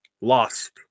lost